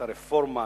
את הרפורמה,